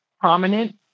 prominent